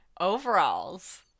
overalls